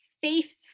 faith